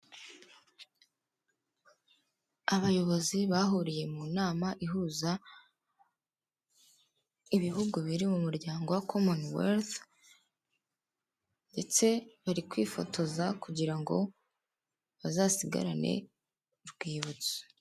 Abayobozi bahuriye mu nama ihuza ibihugu biri mu muryango wa common wealth, ndetse bari kwifotoza kugira ngo bazasigarane urwibutso.